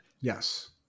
Yes